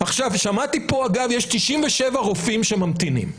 שמעתי פה, אגב, יש 97 רופאים שממתינים.